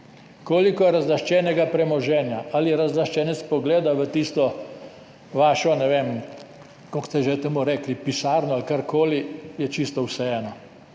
Koliko je razlaščenega premoženja, ali razlaščenec pogleda v tisto vašo, ne vem, kako ste že temu rekli, pisarno ali karkoli, je čisto vseeno.